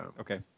Okay